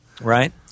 right